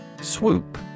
Swoop